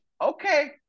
Okay